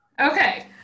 Okay